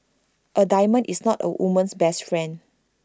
A diamond is not A woman's best friend